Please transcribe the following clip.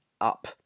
up